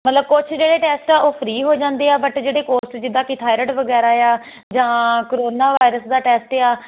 ਮਤਲਬ ਕੁਛ ਜਿਹੜੇ ਟੈਸਟ ਆ ਉਹ ਫਰੀ ਹੋ ਜਾਂਦੇ ਆ ਬਟ ਜਿਹੜੇ ਕੋਰਸ ਜਿਦਾਂ ਕਿ ਥਾਇਰਾਇਡ ਵਗੈਰਾ ਆ ਜਾਂ ਕਰੋਨਾ ਵਾਇਰਸ ਦਾ ਟੈਸਟ ਆ